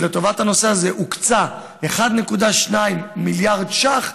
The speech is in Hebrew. ולטובת הנושא הזה הוקצו 1.2 מיליארד ש"ח,